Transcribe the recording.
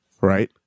right